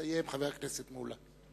יסיים חבר הכנסת מולה.